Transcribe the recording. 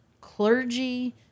clergy